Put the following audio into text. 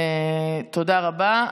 תודה רבה.